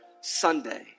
Sunday